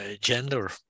gender